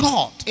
God